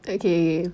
okay